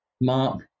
Mark